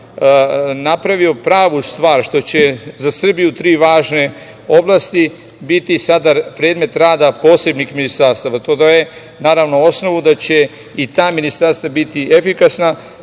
napravio pravu stvar, što će za Srbiju tri važne oblasti biti sada predmet rada posebnih ministarstava. To daje naravno osnovu da će i ta ministarstva biti efikasna,